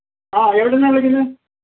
ആഹ് എവിടെ നിന്നാണ് വിളിക്കുന്നത്